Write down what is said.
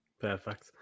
perfect